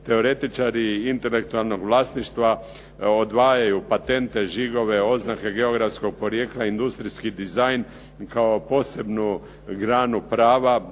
Teoretičari intelektualnog vlasništva odvajaju patente, žigove, oznake geografskog porijekla i industrijski dizajn kao posebnu granu prava